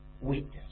Weakness